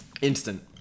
Instant